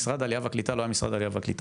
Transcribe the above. משרד העלייה והקליטה לא היה משרד העלייה והקליטה,